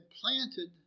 planted